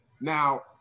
Now